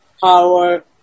power